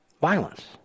Violence